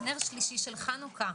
נר שלישי של חנוכה.